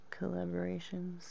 collaborations